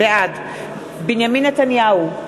בעד בנימין נתניהו,